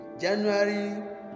January